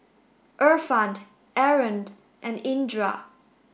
Irfan Aaron and Indra